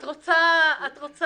את רוצה להפסיק,